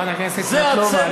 חברת הכנסת סבטלובה,